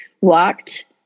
walked